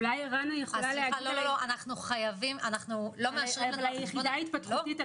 אולי רנה יכולה להגיב על היחידה ההתפתחותית,